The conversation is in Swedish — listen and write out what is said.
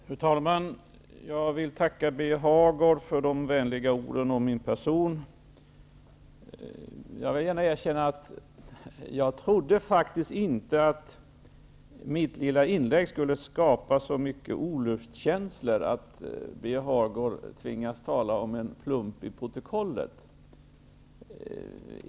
Fru talman! Jag tackar Birger Hagård för de vänliga orden om min person. Men jag vill gärna erkänna att jag faktiskt inte trodde att mitt lilla inlägg skulle skapa så mycket av olustkänslor att Birger Hagård måste tala om en plump i protokollet.